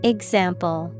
Example